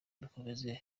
dukomeze